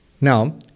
Now